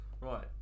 right